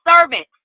servant